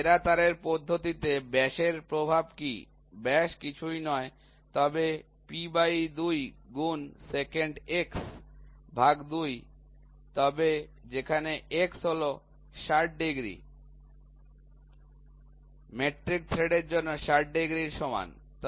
তাহলে সেরা তারের পদ্ধতিতে ব্যাসের প্রভাব কী ব্যাস কিছুই নয় তবে P২ গুন secant x ভাগ ২ তবে যেখানে x হল ৬০ ডিগ্রি মেট্রিক থ্রেডের জন্য ৬০ ডিগ্রির সমান